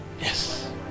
yes